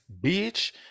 bitch